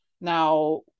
Now